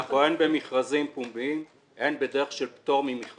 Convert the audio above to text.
אנחנו הן במכרזים פומביים, הן בדרך של פטור ממכרז.